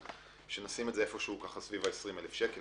שנשים את זה סביב 20,000 שקל.